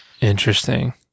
Interesting